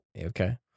Okay